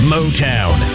Motown